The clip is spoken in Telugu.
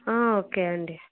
ఓకే అండి